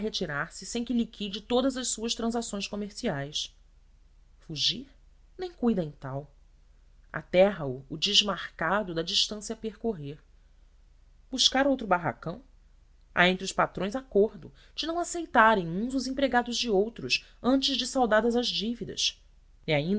sem que liquide todas as suas transações comerciais fugir nem cuida em tal aterra o o desmarcado da distância a percorrer buscar outro barracão há entre os patrões acordo de não aceitarem uns os empregados de outros antes de saldadas as dívidas